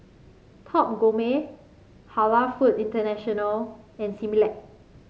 Top Gourmet Halal Food International and Similac